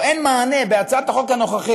או אין להן מענה בהצעת החוק הנוכחית?